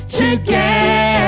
together